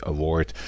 Award